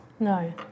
No